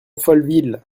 folleville